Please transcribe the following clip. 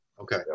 Okay